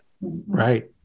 Right